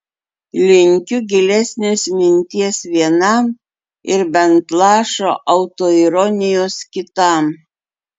linkiu gilesnės minties vienam ir bent lašo autoironijos kitam